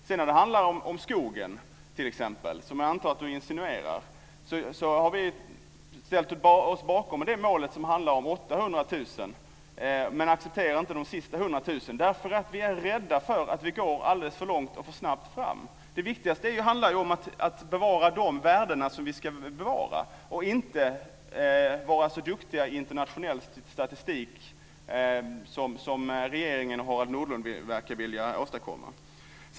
När det sedan handlar om t.ex. skogen, det som jag antar att du insinuerar, har vi ställt oss bakom det mål som handlar om 800 000 men accepterar inte de sista 100 000. Det är för att vi är rädda för att vi går alldeles för långt och alldeles för snabbt fram. Det viktigaste är att bevara de värden som vi ska bevara och inte att vi ska vara så duktiga i internationell statistik som regeringen och Harald Nordlund verkar vilja.